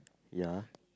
ya